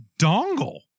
dongle